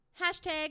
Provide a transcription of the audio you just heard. Hashtag